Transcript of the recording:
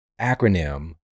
acronym